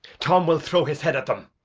tom will throw his head at them.